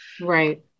right